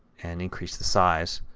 and increase the size.